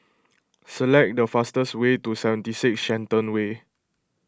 select the fastest way to seventy six Shenton Way